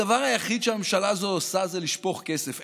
הדבר היחיד שהממשלה הזו עושה זה לשפוך כסף.